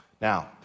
Now